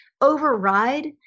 override